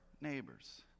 neighbors